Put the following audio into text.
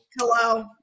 Hello